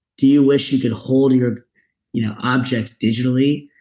do you wish you could hold your you know objects digitally?